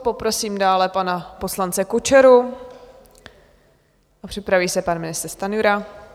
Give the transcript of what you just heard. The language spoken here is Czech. Poprosím dále pana poslance Kučeru a připraví se pan ministr Stanjura.